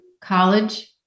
college